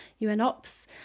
UNOPS